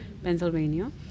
Pennsylvania